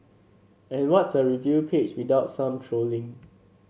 and what's a review page without some trolling